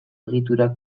egiturak